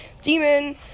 demon